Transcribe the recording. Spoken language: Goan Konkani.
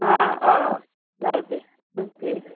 हय हय धा रुपया ऑके